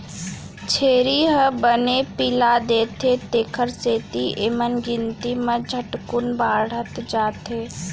छेरी ह बने पिला देथे तेकर सेती एमन गिनती म झटकुन बाढ़त जाथें